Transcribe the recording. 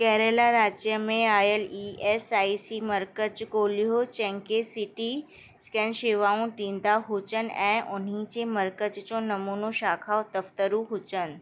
केरला राज्य में आयल ई एस आई सी मर्कज़ ॻोल्हियो जेके सी टी स्कैन शेवाऊं ॾींदा हुजनि ऐं उन्हनि जे मर्कज़ जो नमूनो शाखा दफ़्तरु हुजे